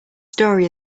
story